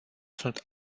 sunt